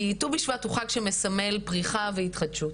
כי ט"ו בשבט הוא חג שמסמל פריחה והתחדשות,